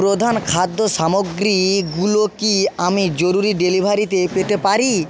প্রধান খাদ্য সামগ্রীগুলো কি আমি জরুরি ডেলিভারিতে পেতে পারি